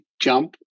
jump